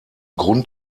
grund